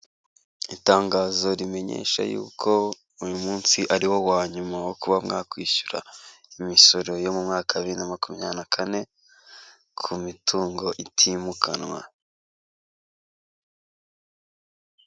Itangazo rimenyesha yuko uyu munsi ari wo wa nyuma wo kuba mwakwishyura imisoro yo mu mwaka na makumyabiri kane, ku mitungo itimukanwa.